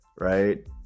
right